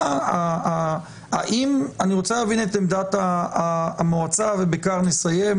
אני רוצה להבין את עמדת המועצה, ובכך נסיים.